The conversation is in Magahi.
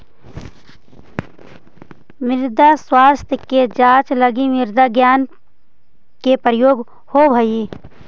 मृदा स्वास्थ्य के जांच लगी मृदा विज्ञान के प्रयोग होवऽ हइ